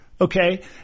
okay